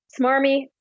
smarmy